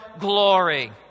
glory